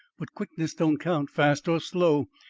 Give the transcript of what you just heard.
but quickness don't count. fast or slow,